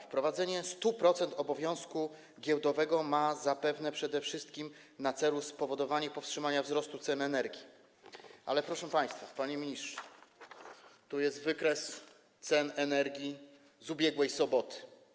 Wprowadzenie 100-procentowego obowiązku giełdowego zapewne ma na celu przede wszystkim spowodowanie powstrzymania wzrostu cen energii, ale proszę państwa, panie ministrze, tu jest wykres cen energii z ubiegłej soboty.